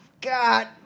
God